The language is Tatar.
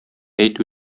әйт